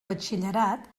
batxillerat